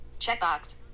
checkbox